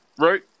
right